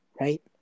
right